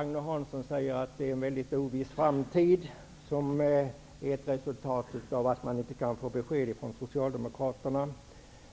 Agne Hansson säger att det är en mycket oviss framtid, som ett resultat av att man inte kan få ett besked från Socialdemokraterna.